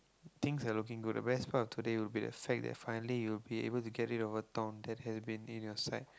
things are looking good the best part of today would be the fact that finally you will be able to get rid of the thorn that has been in your sight